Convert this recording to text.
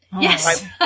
Yes